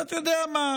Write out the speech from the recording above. ואתה יודע מה,